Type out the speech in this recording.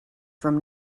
from